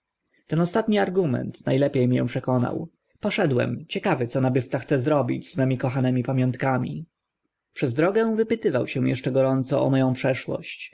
ten ostatni argument na lepie mię przekonał poszedłem ciekawy co nabywca chce zrobić z mymi kochanymi pamiątkami przez drogę wypytywał się eszcze gorąco o mo ą przeszłość